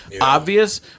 obvious